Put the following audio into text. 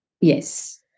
Yes